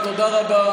לך הביתה.